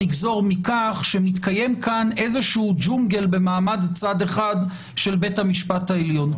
אז מתקיים כאן איזה ג'ונגל במעמד צד אחד של בית המשפט העליון.